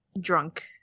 drunk